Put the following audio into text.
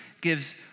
gives